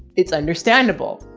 it's understandable.